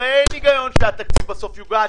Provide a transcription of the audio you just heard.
הרי אין היגיון שהתקציב בסוף יוגש